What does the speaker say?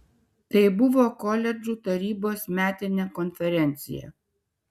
tai buvo koledžų tarybos metinė konferencija